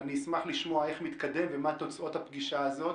אשמח לשמוע איך מתקדם ומה תוצאות הפגישה הזאת